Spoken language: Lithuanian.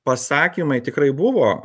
pasakymai tikrai buvo